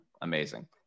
Amazing